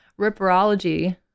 ripperology